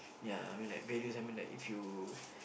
ya I mean like values I mean like if you